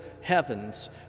heavens